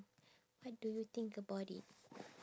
what do you think about it